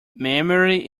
memory